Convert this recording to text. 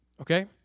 Okay